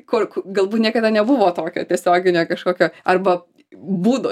kur galbūt niekada nebuvo tokio tiesioginio kažkokio arba būdo